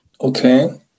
Okay